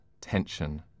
Tension